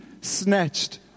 snatched